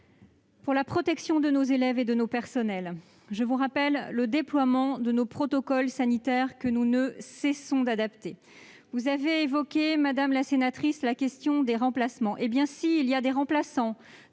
la protection de nos élèves et de nos personnels, je vous rappelle que nous avons déployé des protocoles sanitaires que nous ne cessons d'adapter. Vous avez évoqué, madame la sénatrice, la question des remplacements. Oui, il y a des remplaçants